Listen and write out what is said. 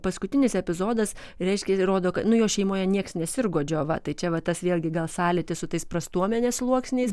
paskutinis epizodas reiškia rodo kad nu jo šeimoje nieks nesirgo džiova tai čia va tas vėlgi gal sąlytis su tais prastuomenės sluoksniais